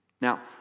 Now